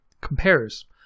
compares